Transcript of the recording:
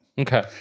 Okay